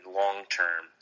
long-term